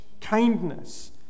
Kindness